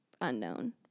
unknown